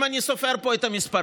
אם אני סופר פה את המספרים.